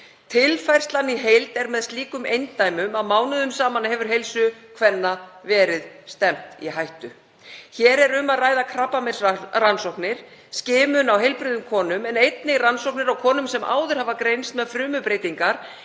Tilfærslan í heild er með slíkum eindæmum að mánuðum saman hefur heilsu kvenna verið stefnt í hættu. Um er að ræða krabbameinsrannsóknir, skimun á heilbrigðum konum en einnig rannsóknir á konum sem áður hafa greinst með frumubreytingar